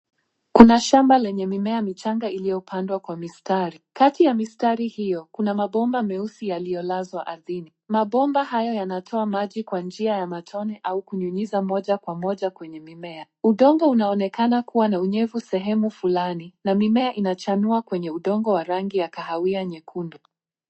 Kuna shamba lenye mimea michanga iliyopandwa kwa mistari. Kati ya mistari hiyo, kuna mabomba meusi yaliyolazwa ardhini. Mabomba haya yanatoa maji kwa njia ya matone au kunyuyiza moja kwa moja kwenye mimea. Udongo unaonekana kuwa na unyevu sehemu sehemu fulani, na mimea inachanua kwenye udongo wa rangi ya kahawia nyekundu.